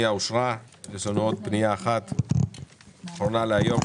הצבעה הפנייה אושרה יש לנו עוד פנייה אחת אחרונה להיום,